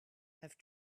have